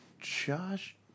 Josh